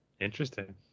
Interesting